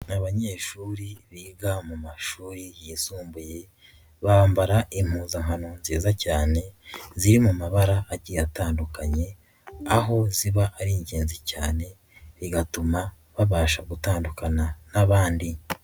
Ni abanyeshuri biga mu mashuri yisumbuye bambara impuzankano nziza cyane ziri mu mabara agiye atandukanye, aho ziba ari ingenzi cyane bigatuma babasha gutandukana n'abandi.